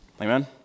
Amen